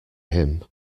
him